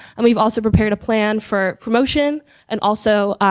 and we've also prepared a plan for promotion and also,